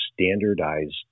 standardized